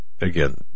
again